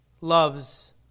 loves